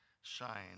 shine